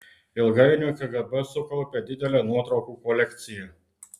ilgainiui kgb sukaupė didelę nuotraukų kolekciją